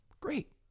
Great